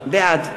בעד